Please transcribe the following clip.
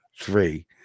three